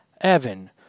Evan